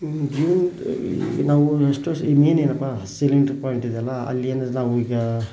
ಇನ್ನು ನೀವು ನಾವು ನೆಸ್ಟ್ ವರ್ಷ ಇನ್ನೇನೇನಪ್ಪ ಸಿಲಿಂಡ್ರ್ ಪಾಯಿಂಟ್ ಇದೆಯಲ್ಲ ಅಲ್ಲಿ ಏನಾದ್ರೂ ನಾವು ಈಗ